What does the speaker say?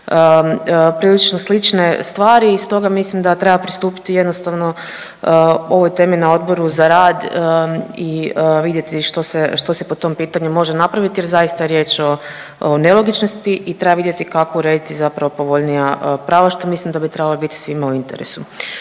prilično slične stvari i stoga mislim da treba pristupiti jednostavno ovoj temi na Odboru za rad i vidjeti što se po tom pitanju može napraviti jer zaista je riječ o nelogičnosti i treba vidjeti kako urediti zapravo povoljnija prava, što mislim da bi trebalo biti svima u interesu.